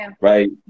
right